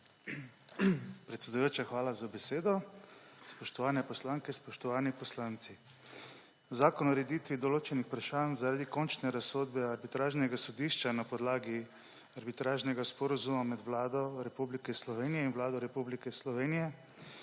Predsedujoča, hvala za besedo. Spoštovane poslanke, spoštovani poslanci! Zakon o ureditvi določenih vprašanj zaradi končne razsodbe arbitražnega sodišča na podlagi Arbitražnega sporazuma med Vlado Republike Slovenije in Vlado Republike Hrvaške